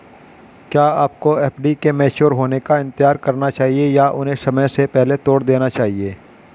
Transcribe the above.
क्या आपको एफ.डी के मैच्योर होने का इंतज़ार करना चाहिए या उन्हें समय से पहले तोड़ देना चाहिए?